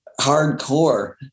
hardcore